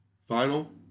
final